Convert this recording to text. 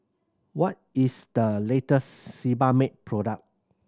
what is the latest Sebamed product